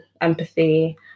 empathy